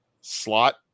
slot